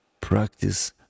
practice